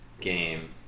game